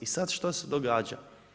I sada što se događa?